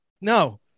no